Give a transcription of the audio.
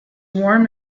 warm